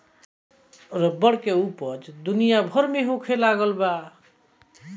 rubber के ऊपज दुनिया भर में होखे लगल बा